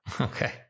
Okay